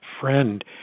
friend